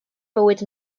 bywyd